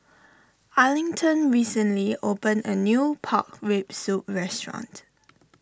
Arlington recently opened a new Pork Rib Soup restaurant